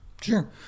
Sure